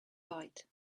byte